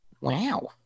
Wow